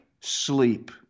sleep